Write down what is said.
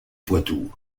poitou